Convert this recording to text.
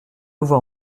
voir